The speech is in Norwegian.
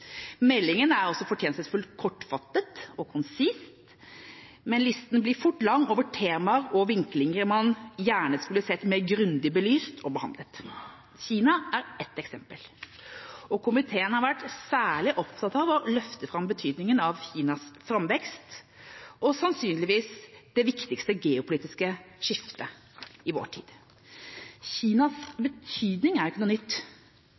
Meldinga er også fortjenestefullt kortfattet og konsis, men listen blir fort lang over temaer og vinklinger man gjerne skulle sett mer grundig belyst og behandlet. Kina er ett eksempel. Komiteen har vært særlig opptatt av å løfte fram betydningen av Kinas framvekst og det sannsynligvis viktigste geopolitiske skiftet i vår tid. Kinas betydning er